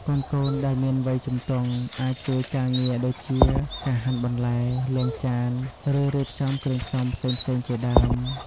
កូនៗដែលមានវ័យជំទង់ អាចជួយការងារដូចជា ការហាន់បន្លែ លាងចាន ឬរៀបចំគ្រឿងផ្សំផ្សេងៗជាដើម ។